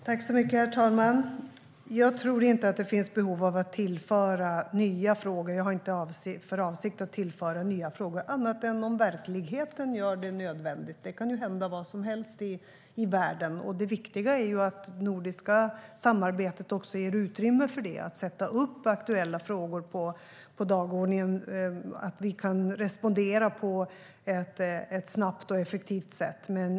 Herr talman! Jag tror inte att det finns behov av att tillföra nya frågor. Jag har inte för avsikt att tillföra nya frågor annat än om verkligheten gör det nödvändigt. Det kan ju hända vad som helst i världen. Det viktiga är att det nordiska samarbetet ger utrymme för detta - att vi kan sätta upp aktuella frågor på dagordningen och respondera på ett snabbt och effektivt sätt.